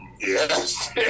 yes